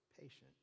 patient